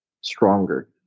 stronger